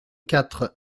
quatre